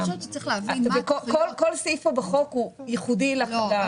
וכל סעיף פה בחוק הוא ייחודי --- לא,